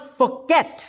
forget